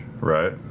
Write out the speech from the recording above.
right